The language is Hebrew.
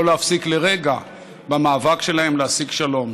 להפסיק לרגע את המאבק שלהן להשיג שלום.